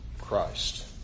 Christ